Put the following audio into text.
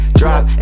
drop